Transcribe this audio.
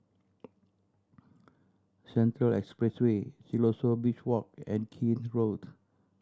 Central Expressway Siloso Beach Walk and Keene Road